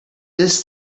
this